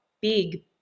big